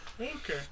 Okay